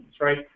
right